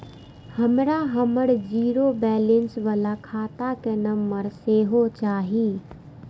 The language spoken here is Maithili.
हमरा हमर जीरो बैलेंस बाला खाता के नम्बर सेहो चाही